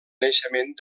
naixement